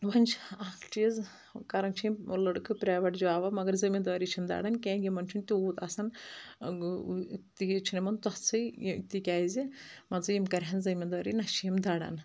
وٕنۍ چھِ اَکھ چیٖز کرَان چھِ یِم لِڑکہٕ پرٛیویٚٹ جاب مَگر زٔمیٖندٲری چھِنہٕ دَران کینٛہہ یِمَن چھُنہٕ تِیوٗت آسَان تیٖژ چھِنہٕ یِمن تُٮٕژھِی تِکیازِ مان ژٕ یِم کَرِہن زٔمیٖندٲری نَہ چھِ یِم دَران